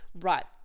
right –